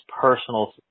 personal